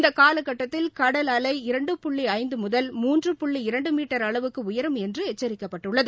இந்த காலகட்டத்தில் கடல் அலை இரண்டு புள்ளி ஐந்து முதல் மூன்று புள்ளி இரண்டு மீட்டர் அளவுக்கு உயரும் என்று எச்சரிக்கப்பட்டுள்ளது